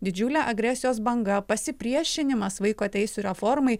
didžiulė agresijos banga pasipriešinimas vaiko teisių reformai